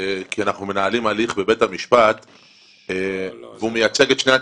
כי אנחנו מנהלים הליך בבית המשפט והוא מייצג את שני הצדדים.